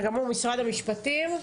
משרד המשפטים?